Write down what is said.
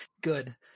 Good